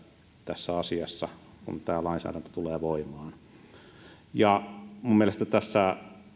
tässä asiassa kun tämä lainsäädäntö tulee voimaan minun mielestäni tässä